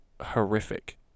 horrific